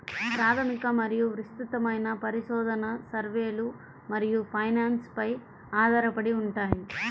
ప్రాథమిక మరియు విస్తృతమైన పరిశోధన, సర్వేలు మరియు ఫైనాన్స్ పై ఆధారపడి ఉంటాయి